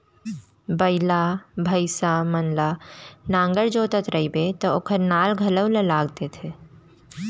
बइला, भईंसा मन ल नांगर जोतत रइबे त ओकर नाल घलौ ल लाग देथे